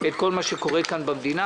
כל מה שקורה כאן במדינה,